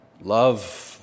Love